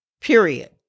period